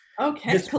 Okay